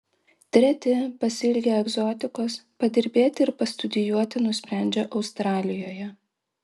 treti pasiilgę egzotikos padirbėti ir pastudijuoti nusprendžia australijoje